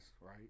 right